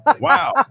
Wow